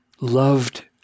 loved